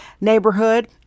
neighborhood